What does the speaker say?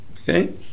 Okay